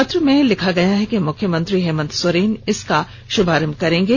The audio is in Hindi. पत्र में लिखा गया है कि मुख्यमंत्री हेमंत सोरेन इसका शुभारंभ करेंगे